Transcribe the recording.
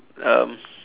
um